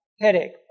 headache